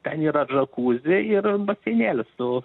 ten yra džakuzi ir baseinėlis su